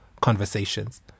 conversations